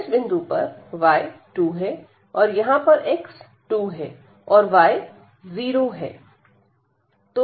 इस बिंदु पर y 2 है और यहां पर x 2 है और y 0 है